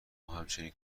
همچین